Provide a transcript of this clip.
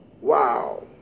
Wow